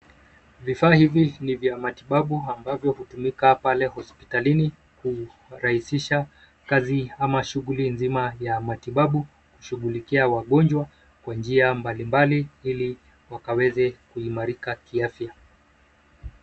Vifa hivi ni vya matibabu ambavyo hutumika pale hospitalini kurahisisha kazi ama shughuli nzima ya matibabu kushughulikia wagonjwa kwa njia mbalimbali ili wakaweze kuimarika kiafya.